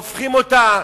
והופכים אותה,